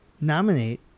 nominate